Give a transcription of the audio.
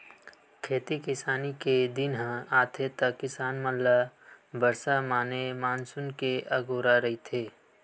खेती किसानी के दिन ह आथे त किसान मन ल बरसा माने मानसून के अगोरा रहिथे